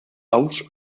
aus